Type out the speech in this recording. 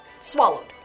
swallowed